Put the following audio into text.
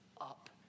up